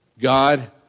God